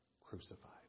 crucified